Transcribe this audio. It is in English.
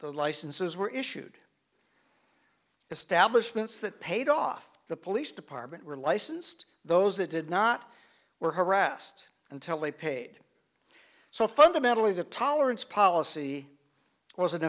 the licenses were issued establishment that paid off the police department were licensed those that did not were harassed until they paid so fundamentally the tolerance policy was an